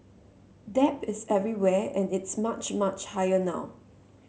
debt is everywhere and it's much much higher now